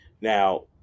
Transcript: Now